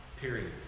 Period